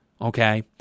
Okay